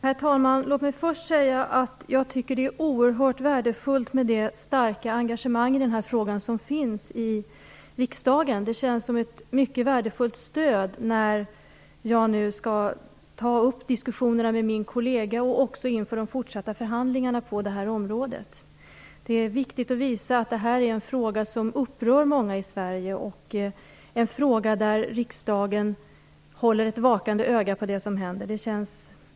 Herr talman! Låt mig först säga att jag tycker att det starka engagemang som finns i riksdagen för denna fråga är oerhört värdefullt. Det känns som ett mycket värdefullt stöd, när jag nu skall ta upp diskussionerna med min kollega och inför de fortsatta förhandlingarna på området. Det är viktigt att visa att detta är en fråga som upprör många i Sverige, och en fråga där riksdagen håller ett vakande öga på det som händer.